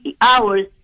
hours